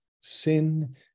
sin